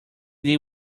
did